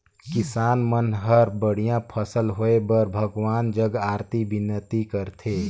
किसान मन हर बड़िया फसल होए बर भगवान जग अरती बिनती करथे